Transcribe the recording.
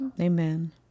amen